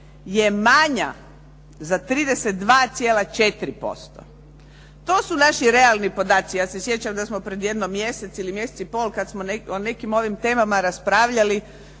je manja za 32,4%. To su naši realni podaci. Ja se sjećam da smo pred jedno mjesec ili mjesec i pol kad smo o nekim ovim temama raspravljali,